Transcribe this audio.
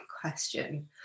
question